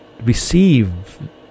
receive